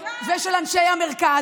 למה,